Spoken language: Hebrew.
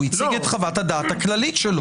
הוא הציג את חוות-הדעת הכללית שלו.